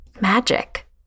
magic